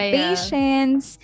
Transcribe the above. patience